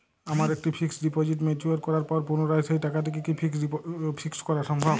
আমার একটি fixed deposit mature করার পর পুনরায় সেই টাকাটিকে কি ফিক্সড করা সম্ভব?